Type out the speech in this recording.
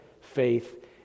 faith